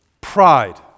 pride